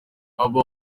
aba